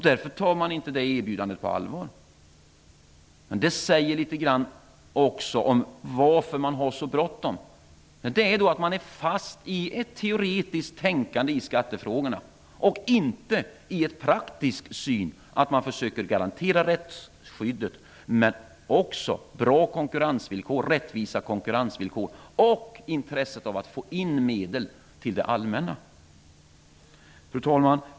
Därför tar man inte erbjudandet på allvar. Detta säger också litet grand om varför man har så bråttom. Man är fast i ett teoretiskt tänkande i skattefrågorna, inte i en praktisk syn för att försöka garantera rättsskyddet men också rättvisa konkurrensvillkor och intresset av att få in medel till det allmänna. Fru talman!